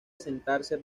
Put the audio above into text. asentarse